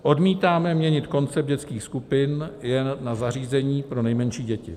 Odmítáme měnit koncept dětských skupin jen na zařízení pro nejmenší děti.